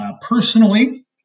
Personally